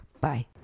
Bye